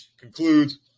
concludes